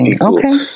Okay